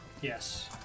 Yes